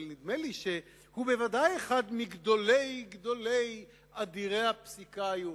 אבל נדמה לי שהוא בוודאי אחד מגדולי גדולי אדירי הפסיקה היהודית.